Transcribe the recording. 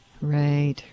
right